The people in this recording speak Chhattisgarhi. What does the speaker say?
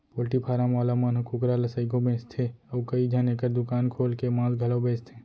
पोल्टी फारम वाला मन ह कुकरा ल सइघो बेचथें अउ कइझन एकर दुकान खोल के मांस घलौ बेचथें